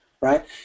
right